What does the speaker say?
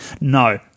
No